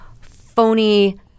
phony